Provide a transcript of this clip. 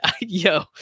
yo